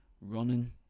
running